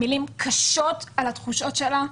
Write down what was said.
מילים קשות על התחושות שלה.